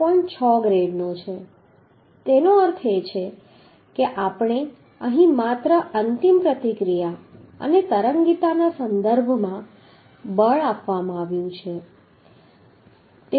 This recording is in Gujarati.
6 ગ્રેડનો છે તેનો અર્થ એ છે કે અહીં માત્ર આપણને અંતિમ પ્રતિક્રિયા અને તરંગીતાના સંદર્ભમાં બળ આપવામાં આવ્યું છે